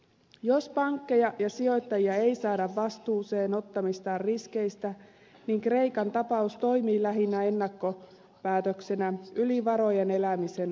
jos pankkeja ja sijoittajia ei saada ottamistaan riskeistä vastuuseen niin kreikan tapaus toimii lähinnä ennakkopäätöksenä yli varojen elämisen palkitsemisesta